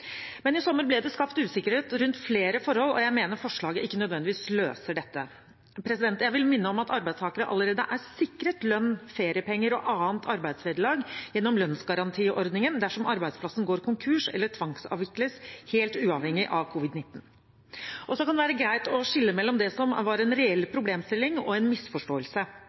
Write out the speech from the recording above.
Men én ting er posisjon og opposisjon helt enige om: Arbeidstakere skal selvsagt få den lønnen de har krav på, der feriepenger er en del av lønnen. I sommer ble det skapt usikkerhet rundt flere forhold, og jeg mener forslaget ikke nødvendigvis løser dette. Jeg vil minne om at arbeidstakere allerede er sikret lønn, feriepenger og annet arbeidsvederlag gjennom lønnsgarantiordningen dersom arbeidsplassen går konkurs eller tvangsavvikles, helt uavhengig av covid-19. Så kan det være